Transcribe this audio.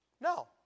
No